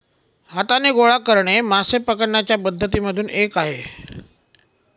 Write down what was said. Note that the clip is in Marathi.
हाताने गोळा करणे मासे पकडण्याच्या पद्धती मधून एक आहे